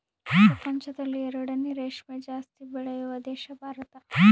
ಪ್ರಪಂಚದಲ್ಲಿ ಎರಡನೇ ರೇಷ್ಮೆ ಜಾಸ್ತಿ ಬೆಳೆಯುವ ದೇಶ ಭಾರತ